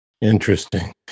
interesting